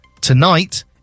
Tonight